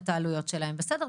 בסדר,